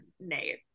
Nate